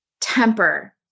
temper